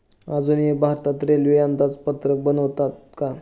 अजूनही भारतात रेल्वे अंदाजपत्रक बनवतात का?